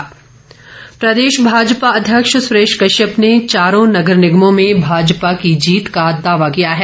सुरेश कश्यप प्रदेश भाजपा अध्यक्ष सुरेश कश्यप ने चारों नगर निगमों में भाजपा की जीत का दावा किया है